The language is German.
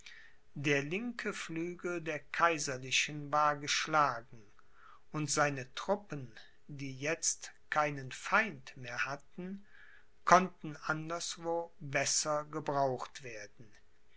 der linke flügel der kaiserlichen war geschlagen und seine truppen die jetzt keinen feind mehr hatten konnten anderswo besser gebraucht werden